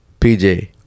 PJ